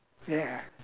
ya